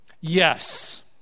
Yes